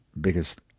biggest